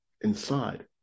inside